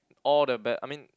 all the bad I mean